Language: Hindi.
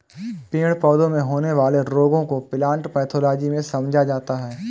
पेड़ पौधों में होने वाले रोगों को प्लांट पैथोलॉजी में समझा जाता है